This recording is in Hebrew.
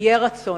יהיה רצון.